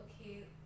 Okay